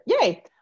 Yay